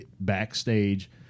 backstage